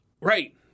right